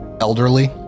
elderly